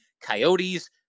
Coyotes